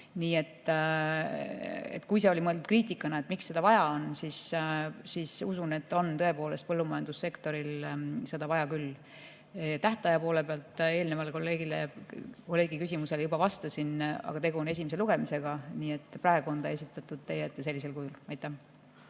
Nii et kui see oli mõeldud kriitikana, miks seda vaja on, siis usun, et tõepoolest on põllumajandussektoril seda vaja. Tähtaja kohta ma eelnevalt teie kolleegi küsimusele juba vastasin, aga tegu on esimese lugemisega. Praegu on see esitatud sellisel kujul. Aitäh!